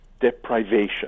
deprivation